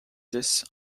dix